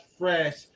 fresh